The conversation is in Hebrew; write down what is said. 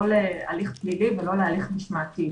לא להליך פלילי ולא להליך משמעתי.